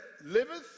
liveth